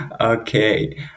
Okay